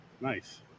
nice